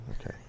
Okay